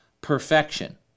perfection